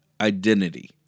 identity